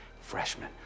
freshman